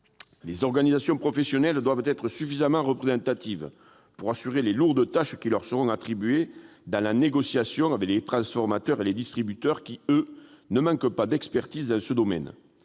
Les organisations professionnelles doivent être suffisamment représentatives pour assurer les lourdes tâches qui leur seront attribuées dans la négociation avec les transformateurs et les distributeurs, qui, eux, ne manquent pas d'expertise dans ce domaine.